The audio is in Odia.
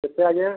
କେତେ ଆଜ୍ଞା